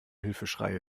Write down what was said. hilfeschreie